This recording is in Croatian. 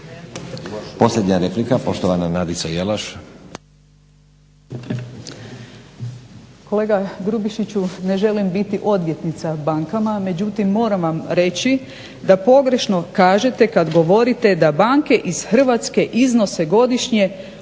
Posljednja replika poštovana Nadica Jelaš.